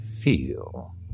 feel